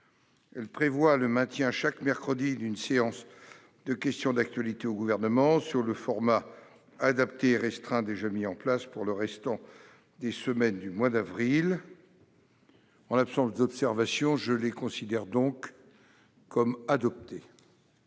Elles prévoient le maintien chaque mercredi d'une séance de questions d'actualité au Gouvernement, sous le format adapté et restreint déjà mis en place, pour le restant des semaines du mois d'avril. En l'absence d'observations, je les considère comme adoptées.-